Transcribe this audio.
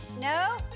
No